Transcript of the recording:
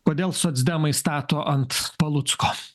kodėl socdemai stato ant palucko